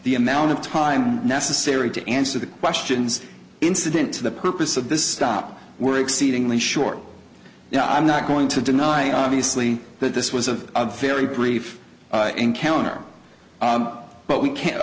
the amount of time necessary to answer the questions incident to the purpose of this stop were exceedingly short and i'm not going to deny obviously that this was a very brief encounter but we can't